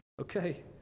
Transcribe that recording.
Okay